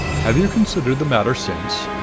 have you considered the matter since?